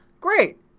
Great